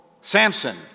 Samson